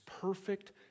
perfect